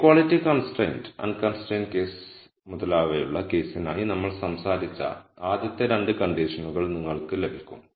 equality constraint unconstrained case മുതലായവയുള്ള കേസിനായി നമ്മൾ സംസാരിച്ച ആദ്യത്തെ 2 കണ്ടിഷനുകൾ നിങ്ങൾക്ക് ലഭിക്കും